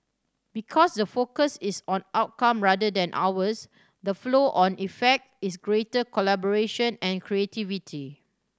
because the focus is on outcome rather than hours the flow on effect is greater collaboration and creativity